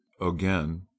Again